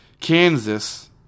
Kansas